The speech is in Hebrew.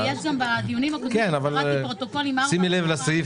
וגם בדיונים הקודמים קראתי בפרוטוקולים מה הוא אמר,